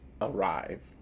Arrive